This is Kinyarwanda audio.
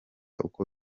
uko